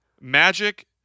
Magic